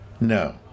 No